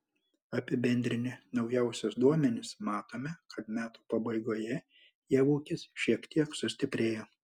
apibendrinę naujausius duomenis matome kad metų pabaigoje jav ūkis šiek tiek sustiprėjo